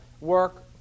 work